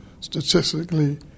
statistically